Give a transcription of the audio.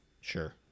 Sure